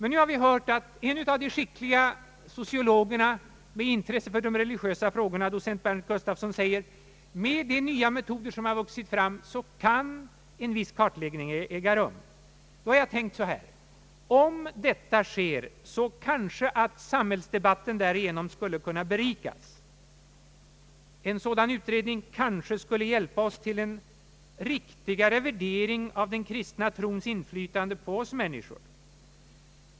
Nu har vi emellertid hört att en skicklig sociolog med intresse för de religiösa frågorna, docent Berndt Gustafsson, anser att det med de nya metoder som vuxit fram är möjligt att göra en viss kartläggning. Då har jag tänkt så här: Om detta sker, kanske <samhällsdebatten därigenom skulle kunna berikas. En sådan utredning kanske skulle hjälpa oss till en riktigare värdering av den kristna trons inflytande på oss människor.